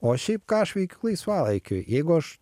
o šiaip ką aš veikiu laisvalaikiu jeigu aš